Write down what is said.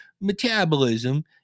metabolism